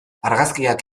argazkiak